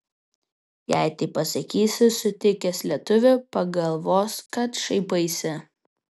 jei taip pasakysi sutikęs lietuvį pagalvos kad šaipaisi